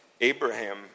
Abraham